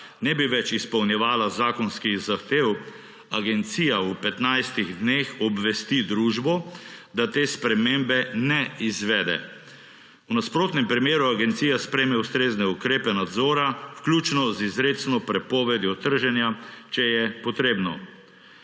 ne bi več izpolnjevala zakonskih zahtev, agencija v 15 dneh obvesti družbo, da te spremembe ne izvede. V nasprotnem primeru agencija sprejme ustrezne ukrepe nadzora, vključno z izrecno prepovedjo trženja, če je treba.